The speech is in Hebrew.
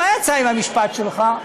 מה יצא עם המשפט שלך?